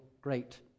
great